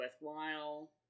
worthwhile